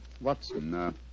Watson